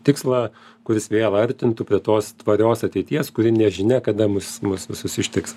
tikslą kuris vėl artintų prie tos tvarios ateities kuri nežinia kada mus mus visus ištiks